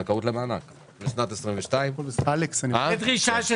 הזכאות למענק לשנת 2022. זאת דרישה של